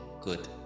good